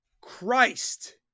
christ